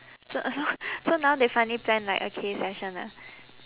so so so now they finally plan like a K session ah